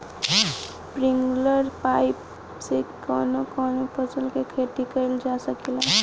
Sprinkler pipe से कवने कवने फसल क खेती कइल जा सकेला?